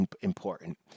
important